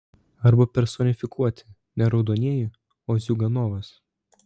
arba personifikuoti ne raudonieji o ziuganovas